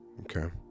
okay